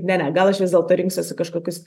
ne ne gal aš vis dėlto rinksiuosi kažkokius